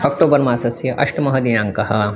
October मासस्य अष्टमः दिनाङ्कः